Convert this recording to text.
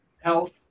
health